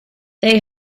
they